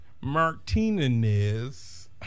Martinez